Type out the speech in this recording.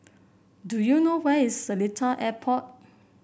do you know where is Seletar Airport